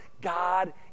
God